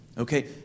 Okay